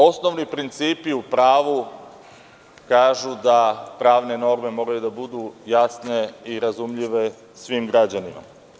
Osnovni principi u pravu kažu da pravne norme moraju da budu jasne i razumljive svim građanima.